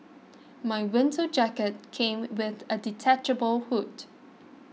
my winter jacket came with a detachable hood